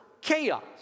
chaos